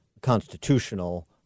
constitutional